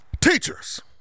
Teachers